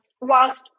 whilst